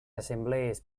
assemblees